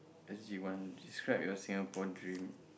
S_G one describe your Singapore dream